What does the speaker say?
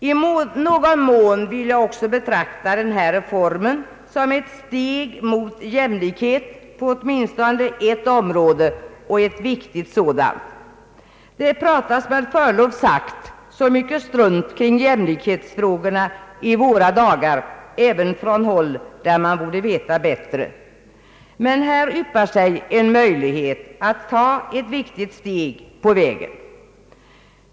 I någon mån vill jag också betrakta denna reform som ett steg mot jämlikhet på åtminstone ett viktigt område. Det pratas med förlov sagt mycket strunt kring jämlikhetsfrågorna i våra dagar även på håll där man borde veta bättre. Men här yppar sig en möjlighet att ta ett viktigt steg på vägen.